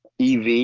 EV